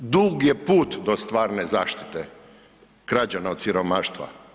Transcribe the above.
Dug je put do stvarne zaštite građana od siromaštva.